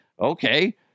Okay